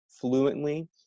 fluently